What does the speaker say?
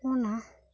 ᱚᱱᱟ